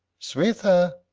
switha.